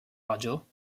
radio